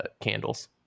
candles